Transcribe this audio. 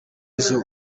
izo